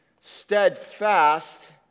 steadfast